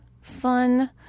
fun